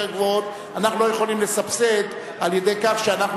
גבוהות אנחנו לא יכולים לסבסד על-ידי כך שאנחנו